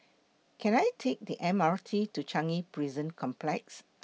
Can I Take The M R T to Changi Prison Complex